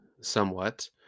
somewhat